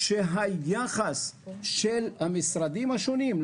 שהיחס של המשרדים השונים,